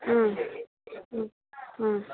ಹಾಂ ಹ್ಞೂ ಹ್ಞೂ